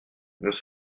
nous